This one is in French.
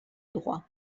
droit